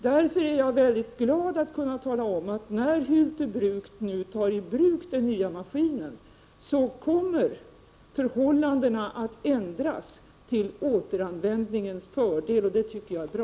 Därför är jag glad att kunna tala om att när Hyltebruk nu får i gång den nya maskinen kommer förhållandena att ändras till återanvändningens fördel. Det tycker jag är bra.